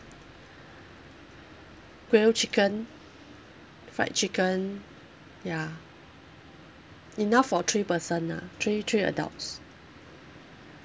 grilled chicken fried chicken ya enough for three person nah three three adults